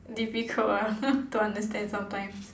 difficult ah don't understand sometimes